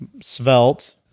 svelte